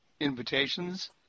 invitations